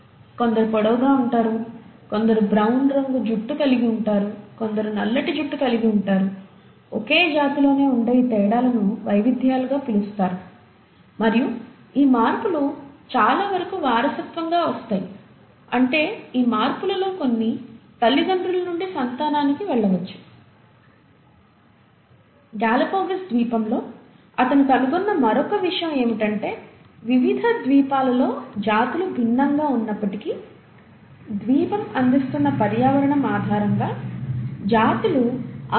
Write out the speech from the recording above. కొందరు పొడవుగా ఉంటారుకొందరు బ్రౌన్ రంగు జుట్టు కలిగి ఉంటారు కొందరు నల్లటి జుట్టు కలిగి ఉంటారు ఒకే జాతిలోనే ఉండే ఈ తేడాలను వైవిధ్యాలుగా పిలుస్తారు మరియు ఈ మార్పులు చాలావరకు వారసత్వంగా వస్తాయి అంటే ఈ మార్పులలో కొన్ని తల్లిదండ్రుల నుండి సంతానానికి వెళ్ళవచ్చు గాలాపాగోస్ ద్వీపంలో అతను కనుగొన్న మరొక విషయం ఏమిటంటే వివిధ ద్వీపాలలో జాతులు భిన్నంగా ఉన్నప్పటికీ ద్వీపం అందిస్తున్న పర్యావరణం ఆధారంగా జాతులు ఆ వాతావరణానికి అనుగుణంగా ఉంటాయి